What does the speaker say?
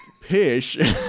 Pish